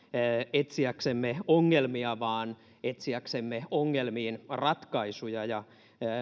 etsiäksemme ongelmia vaan etsiäksemme ongelmiin ratkaisuja ja